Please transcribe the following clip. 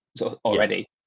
already